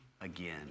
again